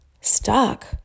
stuck